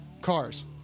cars